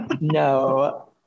No